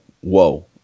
whoa